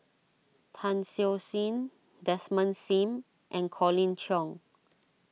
Tan Siew Sin Desmond Sim and Colin Cheong